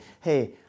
hey